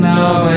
now